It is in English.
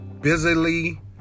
busily